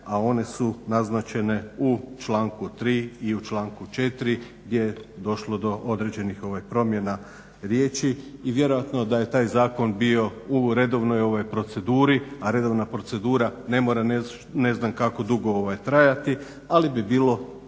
A one su naznačene u članku 3. i u članku 4. gdje je došlo do određenih promjena riječi i vjerojatno da je taj zakon bio u redovnoj proceduri. A redovna procedura ne mora ne znam kako dugo trajati, ali bi bilo